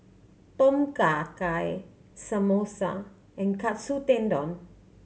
Tom Kha Gai Samosa and Katsu Tendon